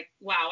wow